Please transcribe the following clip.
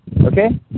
Okay